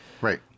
Right